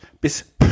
bis